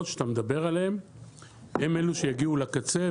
שאתה מדבר עליהן הן אלו שיגיעו לקצה,